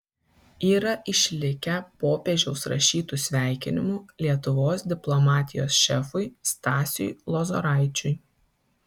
yra išlikę popiežiaus rašytų sveikinimų lietuvos diplomatijos šefui stasiui lozoraičiui